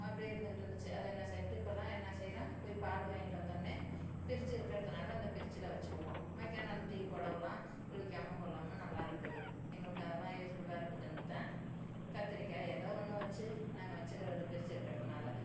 அப்படியே இருந்துக்கிட்டு இருந்துச்சு அதை என்னா செய்யறதுன்னுட்டு இப்போல்லாம் என்னா செய்யறோம் போய் பால் வாங்கிகிட்டு வந்தவுடனே ஃபிரிட்ஜு இருக்குறதுனால அந்த ஃபிரிட்ஜுல வச்சிக்குவோம் மக்யான் நாள் டீ போடவல்லாம் புளிக்காமல் கொள்ளாமல் நல்லாருக்குது எங்களுக்கு அதெல்லாம் யூஸ்ஃபுல்லாக இருக்குதுன்னு தான் கத்திரிக்காய் ஏதோ ஒன்று வச்சு நாங்கள் வச்சுக்குறது ஃபிரிட்ஜு இருக்கிறதுனால